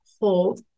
hold